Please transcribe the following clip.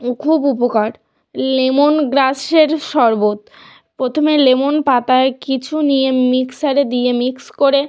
ও খুব উপকার লেমন গ্রাসের শরবত প্রথমে লেমন পাতায় কিছু নিয়ে মিক্সারে দিয়ে মিক্স করে